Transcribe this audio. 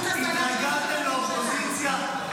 התרגלתם לאופוזיציה,